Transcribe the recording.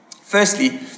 Firstly